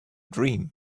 dream